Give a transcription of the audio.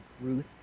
Ruth